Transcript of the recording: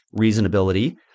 reasonability